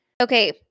Okay